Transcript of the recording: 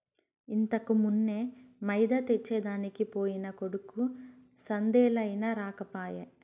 ఇంతకుమున్నే మైదా తెచ్చెదనికి పోయిన కొడుకు సందేలయినా రాకపోయే